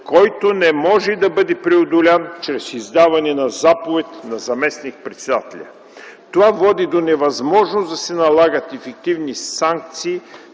който не може да бъде преодолян чрез издаване на заповед на заместник-председателя. Това води до невъзможност да се налагат ефективни санкции